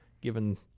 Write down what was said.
given